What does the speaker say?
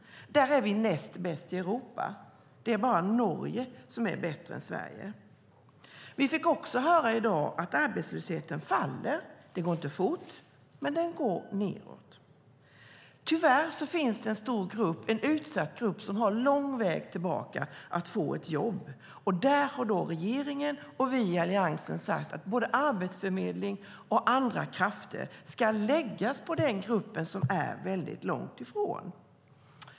Här är vi näst bäst i Europa; det är bara Norge som är bättre. I dag fick vi också höra att arbetslösheten minskar. Det går inte fort, men siffrorna går nedåt. Tyvärr finns det en stor, utsatt grupp som har lång väg tillbaka till jobb. Här har regeringen och Alliansen sagt att arbetsförmedling och andra krafter ska läggas på denna grupp.